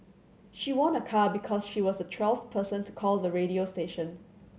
she won a car because she was the twelfth person to call the radio station